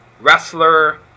wrestler